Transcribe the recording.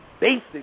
basic